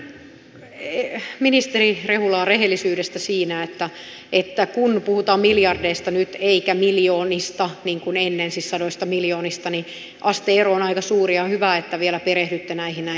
minä kiitän ministeri rehulaa rehellisyydestä siinä että kun nyt puhutaan miljardeista eikä miljoonista niin kuin ennen siis sadoista miljoonista niin aste ero on aika suuri ja on hyvä että vielä perehdytte näihin näin